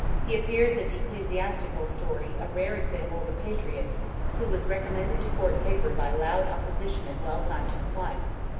he appears in ecclesiastical story a rare example of a patriot who was recommended to court favor by loud opposition and well-timed compliance.